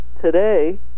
today